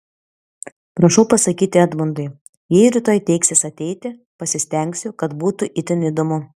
prašau pasakyti edmundui jei rytoj teiksis ateiti pasistengsiu kad būtų itin įdomu